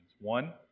One